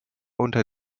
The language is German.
unter